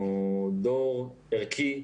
הוא דור ערכי,